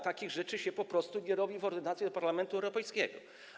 Takich rzeczy się po prostu nie robi w ordynacji do Parlamentu Europejskiego.